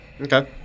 Okay